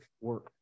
work